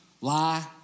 lie